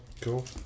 Cool